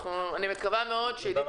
אני מקווה מאוד שעידית חנוכה,